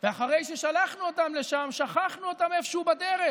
אחרי ששלחנו אותם לשם שכחנו אותם איפשהו בדרך,